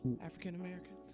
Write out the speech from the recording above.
African-Americans